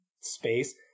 space